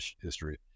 history